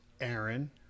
aaron